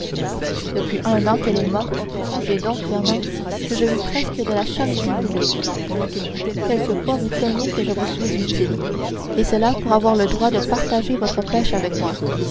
depuis un an qu'elle est morte songez donc fernand que je vis presque de la charité publique quelquefois vous feignez que je vous suis utile et cela pour avoir le droit de partager votre poche avec moi